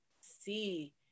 see